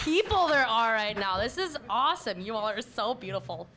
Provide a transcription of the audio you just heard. people there are right now this is awesome you all are so beautiful